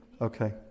Okay